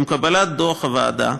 עם קבלת דוח הוועדה,